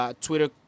Twitter